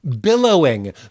billowing